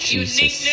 Jesus